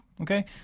Okay